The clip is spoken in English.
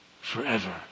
forever